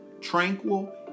tranquil